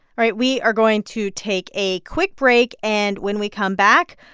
all right. we are going to take a quick break. and when we come back,